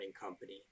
company